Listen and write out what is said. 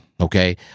okay